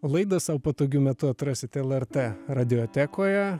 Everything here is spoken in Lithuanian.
laidą sau patogiu metu atrasit lrt radiotekoje